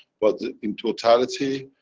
but the, in totality,